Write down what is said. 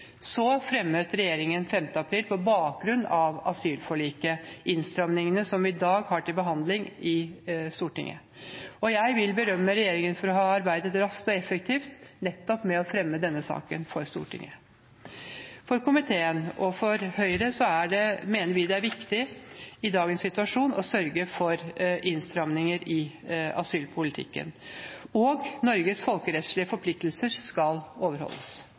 Så fremmet regjeringen den 5. april, på bakgrunn av asylforliket, innstramningene som vi i dag har til behandling i Stortinget. Jeg vil berømme regjeringen for å ha arbeidet raskt og effektivt med å fremme denne saken for Stortinget. Komiteen og Høyre mener det er viktig i dagens situasjon å sørge for innstramninger i asylpolitikken. Norges folkerettslige forpliktelser skal overholdes.